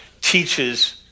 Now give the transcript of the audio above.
teaches